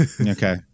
Okay